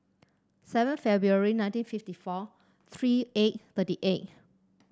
seven February nineteen fifty four three eight thirty eight